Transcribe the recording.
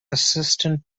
assistant